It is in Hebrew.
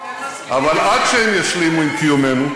אבל עד שהן ישלימו עם קיומנו,